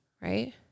right